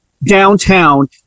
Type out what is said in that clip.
downtown